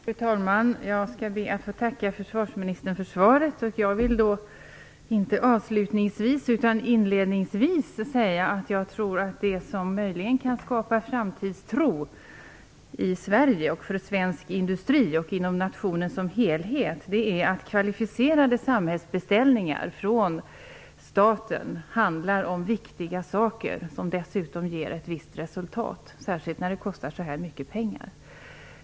Fru talman! Jag skall be att få tacka försvarsministern för svaret. Jag vill, inte avslutningsvis utan inledningsvis, säga att jag tror att det som möjligen kan skapa framtidstro i Sverige, för svensk industri och inom nationen som helhet, är att kvalificerade samhällsbeställningar från staten handlar om viktiga saker som dessutom ger ett visst resultat, särskilt när det kostar så här mycket pengar.